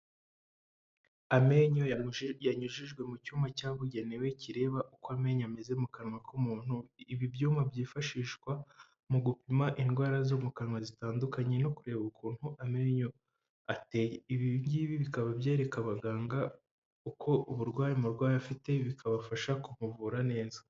Amenyo yanyujijwe mu cyuma cyabugenewe kireba uko amenyo ameze mu kanwa k'umuntu, ibi byuma byifashishwa mu gupima indwara zo mu kanwa zitandukanye no kureba ukuntu amenyo ateye, ibi ngibi bikaba byereka abaganga uko uburwayi umurwayi afite bikabafasha kumuvura neza.